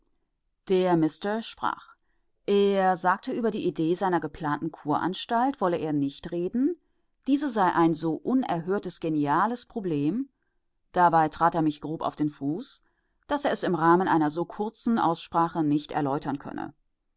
der mister sprach er sagte über die idee seiner geplanten kuranstalt wolle er nicht reden diese sei ein so unerhörtes geniales problem dabei trat er mich grob auf den fuß daß er es im rahmen einer so kurzen aussprache nicht erläutern könne